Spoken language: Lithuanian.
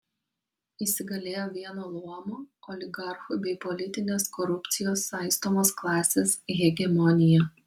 įsigalėjo vieno luomo oligarchų bei politinės korupcijos saistomos klasės hegemonija